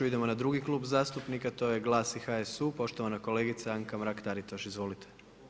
Idemo na drugi klub zastupnika a to je GLAS i HSU, poštovana kolegica Anka Mrak Taritaš, izvolite.